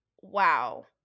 Wow